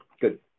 good